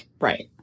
Right